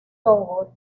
togo